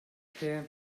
here